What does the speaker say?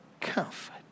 comfort